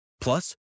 Plus